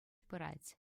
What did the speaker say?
пырать